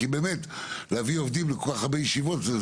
כי באמת להביא עובדים לכל כך הרבה ישיבות זה